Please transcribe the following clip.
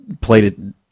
played